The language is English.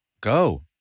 Go